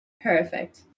Perfect